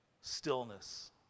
stillness